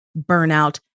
burnout